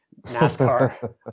NASCAR